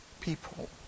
people